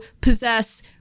possess